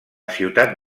ciutat